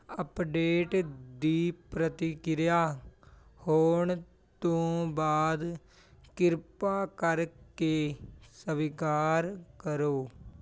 update ਦੀ ਪ੍ਰਤੀਕਿਰਿਆ ਹੋਣ ਤੋਂ ਬਾਅਦ ਕਿਰਪਾ ਕਰਕੇ ਸਵੀਕਾਰ ਕਰੋ